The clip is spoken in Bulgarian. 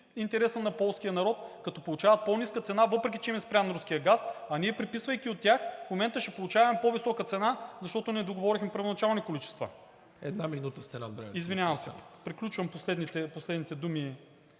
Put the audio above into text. интереса на полския народ, като получават по-ниска цена, въпреки че им е спрян руският газ, а ние, преписвайки от тях, в момента ще получаваме по-висока цена, защото не договорихме първоначални количества. ПРЕДСЕДАТЕЛ НИКОЛА МИНЧЕВ: Една минута